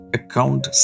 account